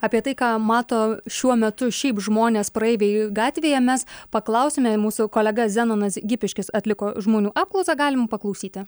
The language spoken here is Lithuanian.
apie tai ką mato šiuo metu šiaip žmonės praeiviai gatvėje mes paklausėme i mūsų kolega zenonas gipiškis atliko žmonių apklausą galim paklausyti